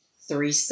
three